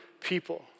people